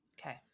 Okay